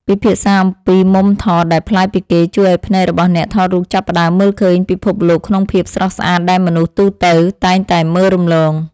ពិភាក្សាអំពីមុំថតដែលប្លែកពីគេជួយឱ្យភ្នែករបស់អ្នកថតរូបចាប់ផ្តើមមើលឃើញពិភពលោកក្នុងភាពស្រស់ស្អាតដែលមនុស្សទូទៅតែងតែមើលរំលង។